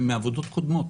מעבודות קודמות